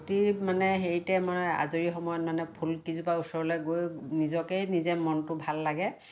প্ৰতি মানে হেৰিতে মানে আজৰি সময়ত মানে ফুল কেইজোপাৰ ওচৰলৈ গৈ নিজকে নিজে মনটো ভাল লাগে